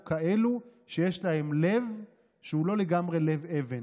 כאלה שיש להם לב שהוא לא לגמרי לב אבן,